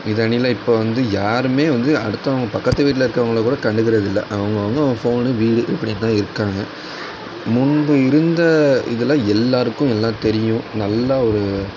இது அன்னியில இப்போ வந்து யாரும் வந்து அடுத்தவங்க பக்கத்துவீட்டில் இருக்குறவங்கல கூட கண்டுக்கிறது இல்லை அவங்க அவங்க அவங்க ஃபோன்னு வீடு இப்படி தான் இருக்காங்க முன்பு இருந்த இதில் எல்லோருக்கும் எல்லாம் தெரியும் நல்லா ஒரு